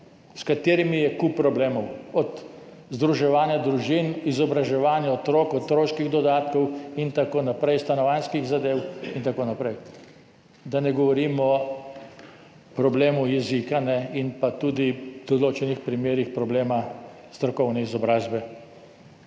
s katerimi je kup problemov, od združevanja družin, izobraževanja otrok, otroških dodatkov, stanovanjskih zadev in tako naprej, da ne govorim o problemu jezika in pa tudi v določenih primerih o problemu strokovne izobrazbe.